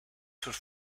sus